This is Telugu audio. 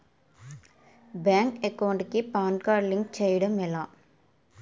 బ్యాంక్ అకౌంట్ కి పాన్ కార్డ్ లింక్ చేయడం ఎలా?